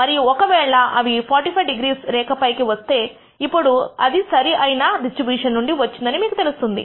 మరియు ఒకవేళ అవి 45 డిగ్రీ రేఖ పైకి వస్తే అప్పుడు ఇది సరి అయిన డిస్ట్రిబ్యూషన్ నుండి వచ్చిందని మీకు తెలుస్తుంది